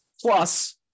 Plus